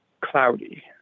cloudy